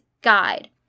Guide